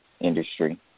industry